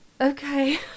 Okay